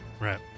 right